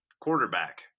quarterback